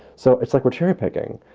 so it's like we're cherry picking.